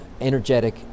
energetic